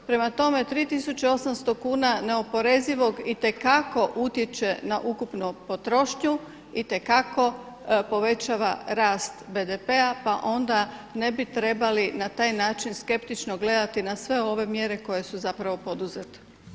Prema tome, 3.800 kuna neoporezivog itekako utječe na ukupnu potrošnju, itekako povećava rast BDP-a pa onda ne bi trebali na taj način skeptično gledati na sve ove mjere koje su poduzete.